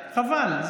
חבל.